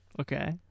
Okay